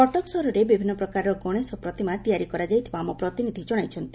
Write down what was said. କଟକ ସହରରେ ବିଭିନ୍ନ ପ୍ରକାରର ଗଣେଶ ପ୍ରତିମା ତିଆରି କରାଇଥିବା ଆମ ପ୍ରତିନିଧି ଜଣାଇଛନ୍ତି